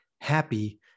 happy